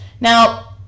now